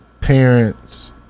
parents